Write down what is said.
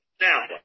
Now